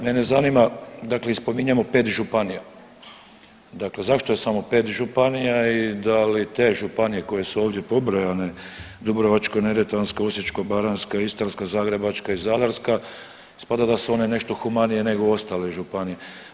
Mene zanima, dakle i spominjemo 5 županija, dakle zašto je samo 5 županija i da li te županije koje su ovdje pobrojane, Dubrovačko-neretvanska, Osječko-baranjska, Istarska, Zagrebačka i Zadarska ispada da su one nešto humanije nego ostale županije.